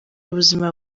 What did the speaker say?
ubuzima